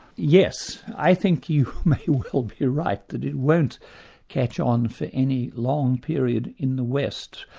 yes, i think you may well be right, that it won't catch on for any long period in the west,